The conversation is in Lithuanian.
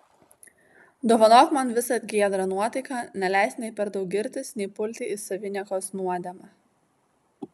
dovanok man visad giedrą nuotaiką neleisk nei per daug girtis nei pulti į saviniekos nuodėmę